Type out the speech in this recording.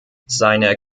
seine